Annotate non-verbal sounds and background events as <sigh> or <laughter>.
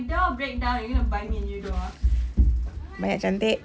<noise> banyak cantik